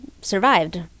survived